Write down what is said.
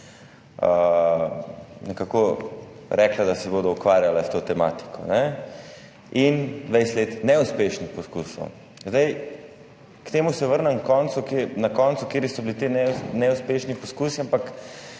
ki so rekle, da se bodo ukvarjale s to tematiko. 20 let neuspešnih poskusov. K temu se vrnem na koncu, kateri so bili ti neuspešni poskusi, ampak